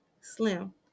slim